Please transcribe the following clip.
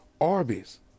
Arby's